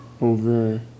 over